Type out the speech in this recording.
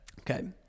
Okay